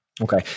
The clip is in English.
Okay